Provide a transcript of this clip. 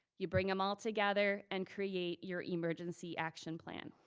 you bring em all together and create your emergency action plan.